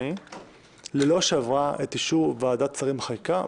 ללא שעברה את אישור ועדת שרים לחקיקה,